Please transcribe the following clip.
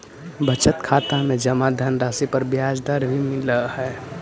budget खाता में जमा धनराशि पर ब्याज दर भी मिलऽ हइ